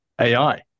AI